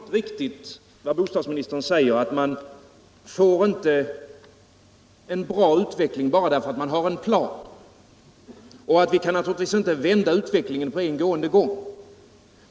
Herr talman! Det är riktigt som bostadsministern säger att man inte får en bra utveckling bara därför att man har en plan och att man inte kan vända utvecklingen på en gång.